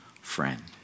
friend